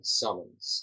summons